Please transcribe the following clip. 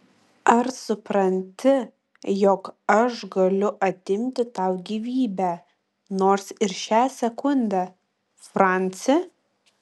ar supranti jog aš galiu atimti tau gyvybę nors ir šią sekundę franci